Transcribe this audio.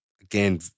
again